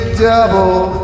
double